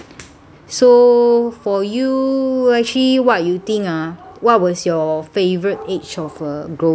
so for you actually what you think ah what was your favourite age of uh growing up